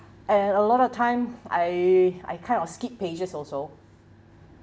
and a lot of time I I kind of skip pages also